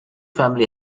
family